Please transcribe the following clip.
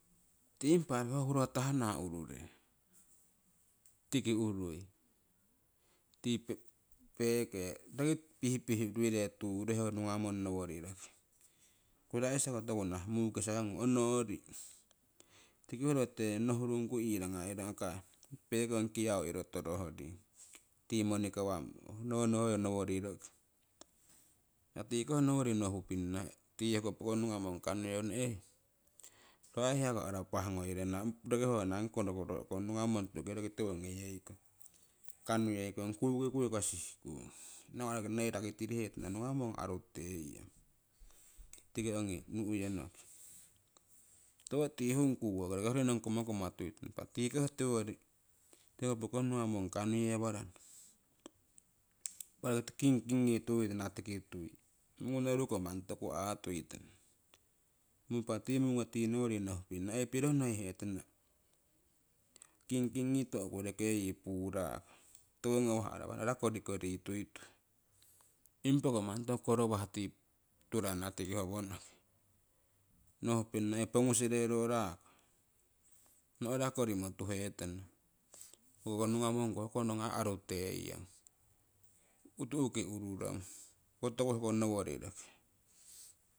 Ti impa roki ho hurotahan urure tiki urui' tiki peke roki pihpih uruire tuu uruhe ho nugamong. noworiroki. kuraisako tokunah mukisangung onorih tiki hurotemmo nohurungku irangaire akai pekong. kiau iro torohoring ti monikowammo hoiyo noworirokii impah tikoho nowori roki nohupinnah ti hoko nugamong kanuyeurana. Ro ai hiako arapah ngoirana roki ho anagi korokorokong gnugamong tuuhki roki tiwo ngoyiekong kanuyeikong kukikuiiko shihikung nawah roki noii rakiteihetana ngnugamong arutieyong tkiki ongii nuiyonoki tiwotihungku woki roki hoyorinong kumakuma tuitukana impa tikokoh tiwori tii hopokong nugamong kanuyewarana impa roki kingkingii tuiitana tkiki tuii mungonoruko manni toku aatuiana impa ti mungo tii nowori nohupinna hey piro nohihetana kingking ngii to'ku roke yii puurako tiwo ngawah arapah no'ra korikorituituhe. Ipako mannitoku korowahturana tikii howonokii nohupinna. pongusererorako nohra korimotuhetana hoko nugamongko hokonung aruteiyoung kutuhuki ururong toku hoko noworirokii